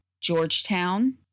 Georgetown